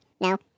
No